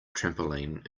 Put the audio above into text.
trampoline